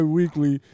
weekly